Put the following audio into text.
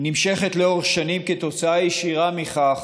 היא נמשכת לאורך שנים כתוצאה ישרה מכך